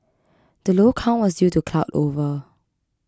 the low count was due to cloud over